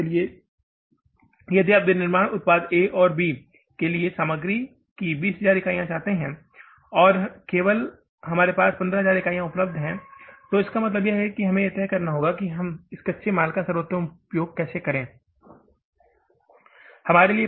उदाहरण के लिए यदि आप विनिर्माण उत्पाद A और B के लिए सामग्री की 20000 इकाइयाँ चाहते हैं और केवल हमारे पास 15000 इकाइयाँ उपलब्ध हैं तो इसका मतलब है कि हमें यह तय करना होगा कि इस कच्चे माल का सर्वोत्तम उपयोग कैसे किया जाए